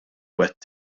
għidt